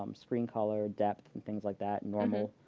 um screen color, depth, things like that, normal,